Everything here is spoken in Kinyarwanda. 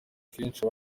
kenshi